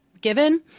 given